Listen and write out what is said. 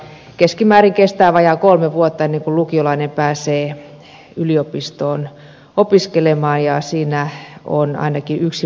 keskimäärin kestää vajaat kolme vuotta ennen kuin lukiolainen pääsee yliopistoon opiskelemaan ja siinä on ainakin yksi vuosi liikaa